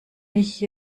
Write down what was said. mich